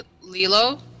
Lilo